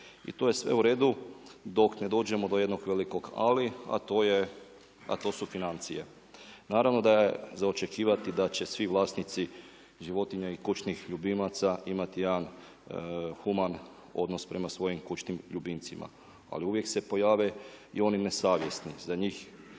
I to je sve u redu dok ne dođemo do jednog velikog ali, a to su financije. Naravno da je za očekivati da će svi vlasnici životinja i kućnih ljubimaca imati jedan human odnos prema svojim kućnim ljubimcima, ali uvijek se pojave i oni nesavjesni. Za njih,